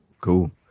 Cool